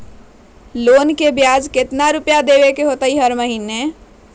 Loan के ब्याज कितना रुपैया देबे के होतइ हर महिना?